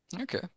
Okay